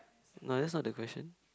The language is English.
no that's not the question